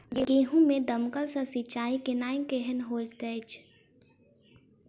गेंहूँ मे दमकल सँ सिंचाई केनाइ केहन होइत अछि?